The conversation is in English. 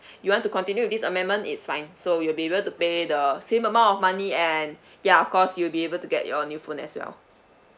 you want to continue with this amendment it's fine so you'll be able to pay the same amount of money and ya of course you'll be able to get your new phone as well